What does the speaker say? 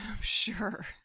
Sure